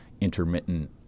intermittent